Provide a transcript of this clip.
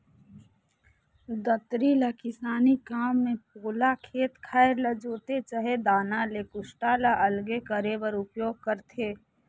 दँतरी ल किसानी काम मे पोला खेत खाएर ल जोते चहे दाना ले कुसटा ल अलगे करे बर उपियोग करथे